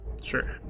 Sure